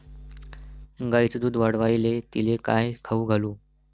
गायीचं दुध वाढवायले तिले काय खाऊ घालू?